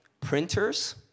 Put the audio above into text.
printers